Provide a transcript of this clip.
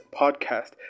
podcast